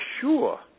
sure